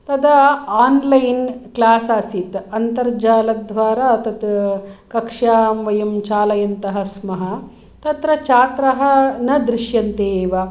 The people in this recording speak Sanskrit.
तदा आन्लैन् क्लास् आसीत् अन्तर्जालद्वारा तत् कक्षां वयं चालयन्तः स्मः तत्र छात्राः न दृश्यन्ते एव